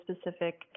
specific